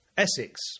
Essex